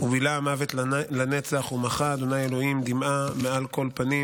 "בִלע המות לנצח ומחה ה' אלוהים דמעה מעל כל פנים".